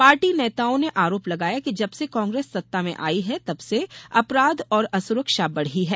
party नेताओं ने आरोप लगाया कि जबसे कांग्रेस सत्ता में आई है तब से अपराध और असुरक्षा बढ़ी है